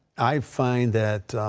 i find that